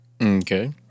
Okay